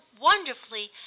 wonderfully